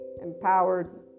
empowered